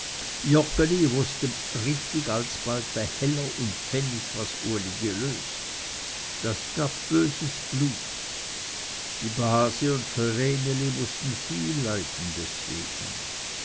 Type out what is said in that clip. richtig alsbald bei heller und pfennig was uli gelöst das gab böses blut die base und vreneli mußten viel leiden deretwegen